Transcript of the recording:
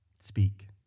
speak